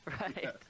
right